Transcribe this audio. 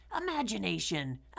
Imagination